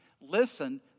listen